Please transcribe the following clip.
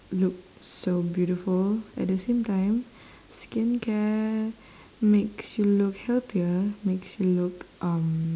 look so beautiful at the same time skincare makes you look healthier makes you look um